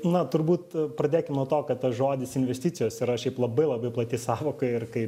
na turbūt pradėkim nuo to kad tas žodis investicijos yra šiaip labai labai plati sąvoka ir kai